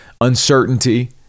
uncertainty